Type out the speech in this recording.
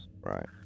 Right